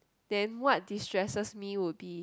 and what destresses me would be